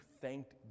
thanked